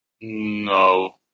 No